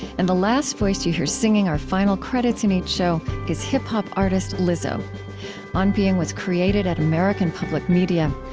and the last voice you hear singing our final credits in each show is hip-hop artist lizzo on being was created at american public media.